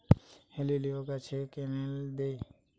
হেলিলিও গাছে ক্যানেল দেয়?